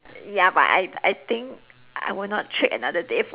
ya but I I think I will not trade another day for